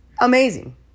Amazing